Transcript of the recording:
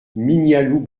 mignaloux